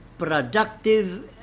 productive